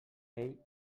ell